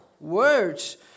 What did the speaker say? words